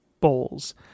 bowls